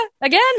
again